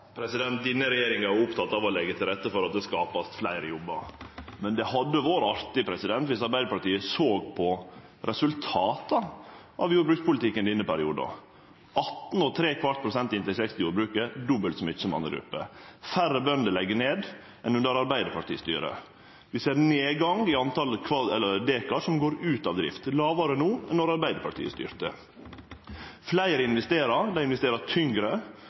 Denne regjeringa er oppteken av å leggje til rette for at det vert skapt fleire jobbar, men det hadde vore artig dersom Arbeidarpartiet såg på resultata av jordbrukspolitikken i denne perioden: 18 ¾ pst. inntektsvekst i jordbruket; dobbelt så mykje som andre grupper. Færre bønder legg ned enn under Arbeidarpartiets styre. Vi ser nedgang i talet på dekar som går ut av drift – det er lågare no enn då Arbeidarpartiet styrte. Fleire investerer, dei investerer tyngre,